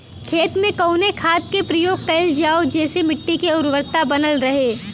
खेत में कवने खाद्य के प्रयोग कइल जाव जेसे मिट्टी के उर्वरता बनल रहे?